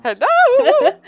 Hello